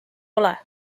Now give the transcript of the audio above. ole